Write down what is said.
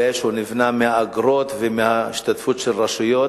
אש נבנה מאגרות והשתתפות של רשויות.